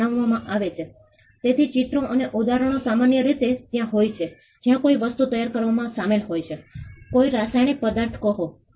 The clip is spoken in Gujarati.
તેથી અમે સમુદાયને પ્રક્રિયા અને પરિણામ આધારિત માપદંડની દ્રષ્ટિએ સફળ સમુદાયની ભાગીદારી શું હોવી જોઈએ તે નિર્ધારિત કરવાનું કહ્યું